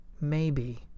Maybe